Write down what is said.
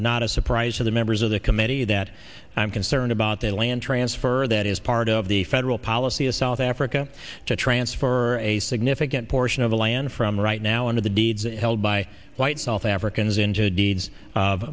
not a surprise to the members of the committee that i'm concerned about the land transfer that is part of the federal policy of south africa to transfer a significant portion of the land from right now under the deeds held by white south africans into deeds of